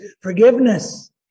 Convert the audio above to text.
Forgiveness